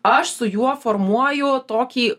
aš su juo formuoju tokį